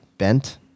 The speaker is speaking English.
bent